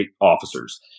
officers